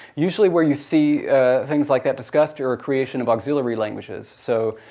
usually where you see things like that discussed are are creation of auxiliary languages. so,